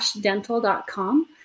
dental.com